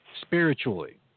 spiritually